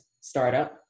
startup